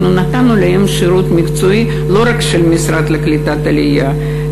אנחנו נתנו להם שירות מקצועי לא רק מהמשרד לקליטת העלייה,